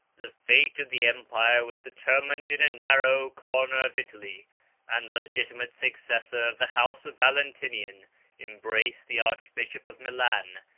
the fate of the empire was determined in a narrow corner of italy and the legitimate successor of the house of valentinian embraced the archbishop of milan,